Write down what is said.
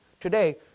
Today